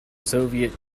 soviet